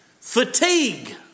fatigue